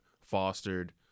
fostered